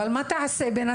אבל מה היא תעשה בינתיים?